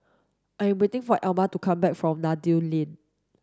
I am waiting for Alma to come back from Noordin Lane